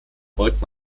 folgt